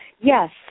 Yes